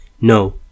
No